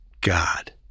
God